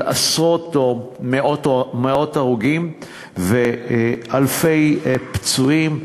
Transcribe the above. של עשרות או מאות הרוגים ואלפי פצועים.